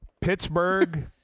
Pittsburgh